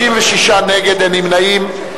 56 נגד, אין נמנעים.